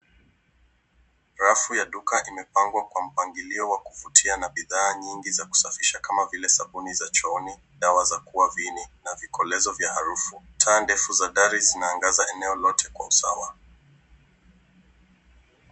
Rafu ya duka imepangwa kwa mpangilio wa kuvutia na bidhaa nyingi za kusafisha kama vile sabuni za chooni, dawa za kuua viini na vikoleza vya harufu. Taa ndefu za dari zinaangaza eneo lote kwa usawa.